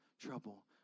trouble